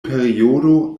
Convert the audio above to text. periodo